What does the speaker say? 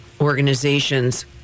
organizations